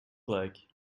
like